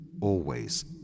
Always